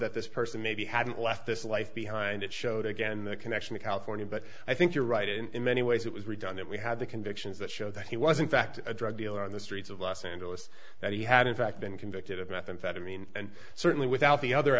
that this person maybe hadn't left this life behind it showed again the connection to california but i think you're right in many ways it was redone that we had the convictions that show that he was in fact a drug dealer on the streets of los angeles that he had in fact been convicted of methamphetamine and certainly without the